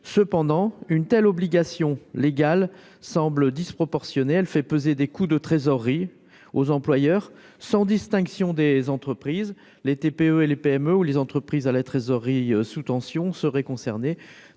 cependant une telle obligation légale semble disproportionnée, elle fait peser des coûts de trésorerie aux employeurs sans distinction des entreprises, les TPE et les PME ou les entreprises à la trésorerie sous tension seraient concernés,